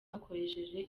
hakoreshejwe